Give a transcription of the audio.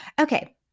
Okay